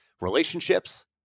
relationships